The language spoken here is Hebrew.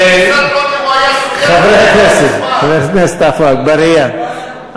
חבר הכנסת עפו אגבאריה,